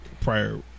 prior